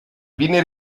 viene